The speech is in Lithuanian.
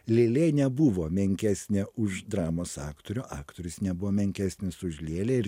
lėlė nebuvo menkesnė už dramos aktorių aktorius nebuvo menkesnis už lėlę ir